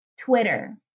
Twitter